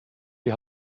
die